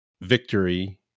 victory